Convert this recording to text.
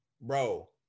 Bro